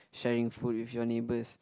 sharing food with your neighbours